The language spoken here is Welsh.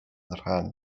rhan